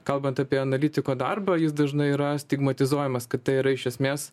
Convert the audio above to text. kalbant apie analitiko darbą jis dažnai yra stigmatizuojamas kaip tai yra iš esmės